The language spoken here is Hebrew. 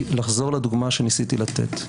לחזור לדוגמה שניסיתי לתת.